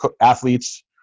athletes